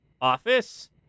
office